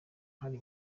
hari